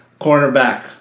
cornerback